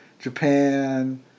Japan